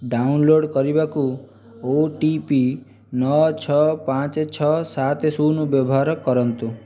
download କରିବାକୁ O T P ନଅ ଛଅ ପାଞ୍ଚ ଛଅ ସାତ ଶୂନ ବ୍ୟବହାର କରନ୍ତୁ